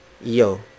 yo